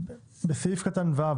בסעיף קטן (ו),